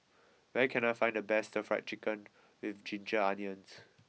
where can I find the best Stir Fried Chicken with Ginger onions